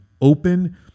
open